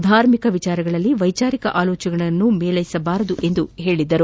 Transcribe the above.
ಧಾರ್ಮಿಕ ವಿಷಯಗಳಲ್ಲಿ ವೈಚಾರಿಕ ಆಲೋಚನೆಗಳನ್ನು ಮೇಳ್ಳೆಸಬಾರದು ಎಂದು ಹೇಳಿದ್ದರು